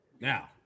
Now